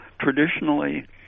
traditionally